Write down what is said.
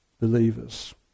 believers